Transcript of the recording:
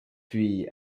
puis